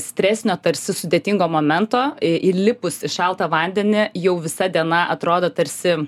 stresinio tarsi sudėtingo momento įlipus į šaltą vandenį jau visa diena atrodo tarsi